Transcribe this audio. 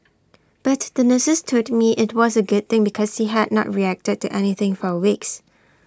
but the nurses told me IT was A good thing because he had not reacted to anything for weeks